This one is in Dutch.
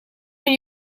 van